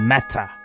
Matter